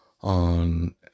on